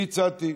אני הצעתי,